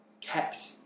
kept